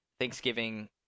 thanksgiving